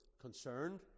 concerned